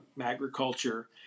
agriculture